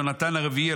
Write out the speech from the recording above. יונתן הרביעי,